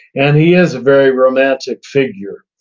and he is a very romantic figure,